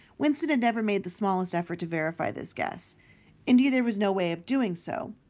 winston had never made the smallest effort to verify this guess indeed, there was no way of doing so.